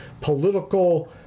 political